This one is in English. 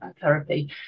therapy